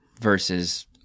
versus